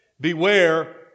beware